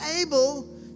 able